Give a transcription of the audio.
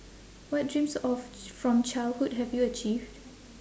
what dreams of from childhood have you achieved